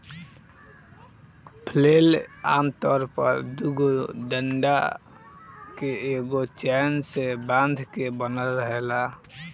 flail आमतौर पर दुगो डंडा के एगो चैन से बांध के बनल रहेला